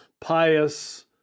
pious